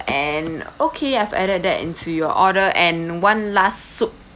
and okay I've added that into your order and one last soup